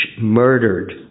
murdered